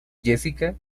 jessica